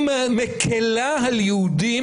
היא מקלה על יהודים.